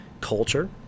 culture